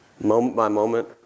moment-by-moment